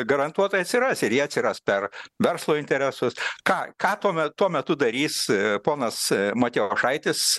garantuotai atsiras ir jie atsiras per verslo interesus ką ką tuomet tuo metu darys ponas matijošaitis